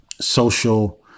social